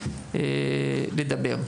לדבר.